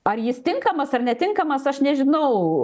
ar jis tinkamas ar netinkamas aš nežinau